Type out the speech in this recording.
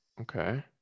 okay